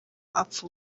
apfa